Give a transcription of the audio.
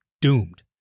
doomed